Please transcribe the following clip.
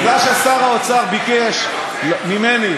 מכיוון ששר האוצר ביקש ממני,